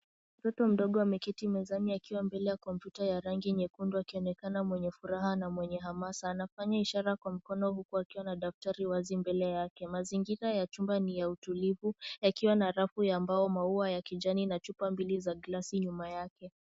Mtoto mdogo ameketi mezani akiwa mbele ya kompyuta ya rangi nyekundu, akionekana mwenye furaha na mwenye hamaa sana kwani, ishara kwa mkono huku akiwa na daftari wazi, mbele yake, mazingira ya chumba ni ya utulivu, yakiwa na, rafu ya mbao, na maua ya kijani, na chupa mbili za glasi nyuma yake.